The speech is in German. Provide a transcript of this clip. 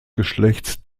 geschlechts